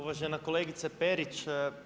Uvažena kolegice Perić.